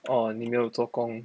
or 你没有做工